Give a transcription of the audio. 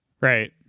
right